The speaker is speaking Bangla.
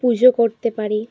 পুজো করতে পারি